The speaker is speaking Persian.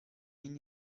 این